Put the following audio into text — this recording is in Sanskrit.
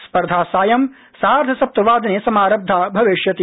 स्पर्धा सायं सार्धसप्तवादने समारब्धा भविष्यति